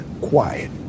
Quiet